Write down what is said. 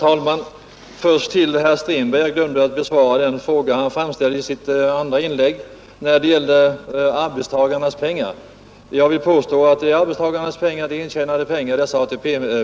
Herr talman! Jag glömde att besvara den fråga herr Strindberg framställde i sitt andra inlägg när det gällde arbetstagarnas pengar. Jag vill påstå att dessa ATP-medel är arbetstagarnas intjänade pengar.